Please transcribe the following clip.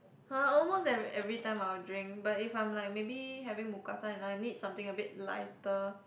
!huh! almost e~ every time I will drink but if I'm like maybe having mookata and I need something a bit lighter